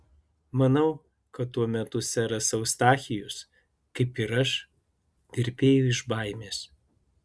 manau kad tuo metu seras eustachijus kaip ir aš virpėjo iš baimės